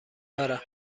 دارم